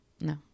No